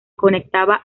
conectaba